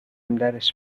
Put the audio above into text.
درش